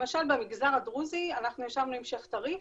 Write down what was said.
למשל במגזר הדרוזי אנחנו ישבנו עם השייח' טריף,